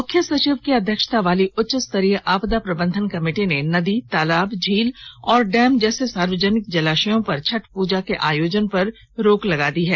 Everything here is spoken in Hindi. मुख्य सचिव की अध्यक्षता वाली उच्चस्तरीय आपदा प्रबंधन कमेटी ने नदी तालाब झील और डैम जैसे सार्वजनिक जलाशयों पर छठ पूजा के आयोजन पर रोक लगा दी है